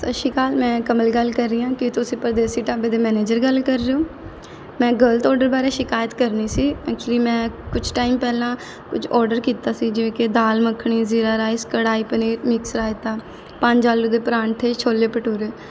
ਸਤਿ ਸ਼੍ਰੀ ਅਕਾਲ ਮੈਂ ਕਮਲ ਗੱਲ ਕਰ ਰਹੀ ਹਾਂ ਕੀ ਤੁਸੀਂ ਪਰਦੇਸੀ ਢਾਬੇ ਦੇ ਮੈਨੇਜਰ ਗੱਲ ਕਰ ਰਹੇ ਹੋ ਮੈਂ ਗਲਤ ਔਡਰ ਬਾਰੇ ਸ਼ਿਕਾਇਤ ਕਰਨੀ ਸੀ ਐਕਚੁਲੀ ਮੈਂ ਕੁਛ ਟਾਈਮ ਪਹਿਲਾਂ ਕੁਝ ਔਡਰ ਕੀਤਾ ਸੀ ਜਿਵੇਂ ਕਿ ਦਾਲ ਮੱਖਣੀ ਜ਼ੀਰਾ ਰਾਈਸ ਕੜਾਈ ਪਨੀਰ ਮਿਕਸ ਰਾਇਤਾ ਪੰਜ ਆਲੂ ਦੇ ਪਰੌਂਠੇ ਛੋਲੇ ਭਟੂਰੇ